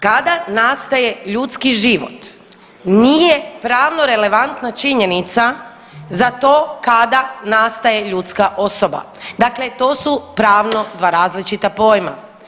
Kada nastaje ljudski život nije pravno relevantna činjenica za to kada nastaje ljudska osoba, dakle to su pravno dva različita pojma.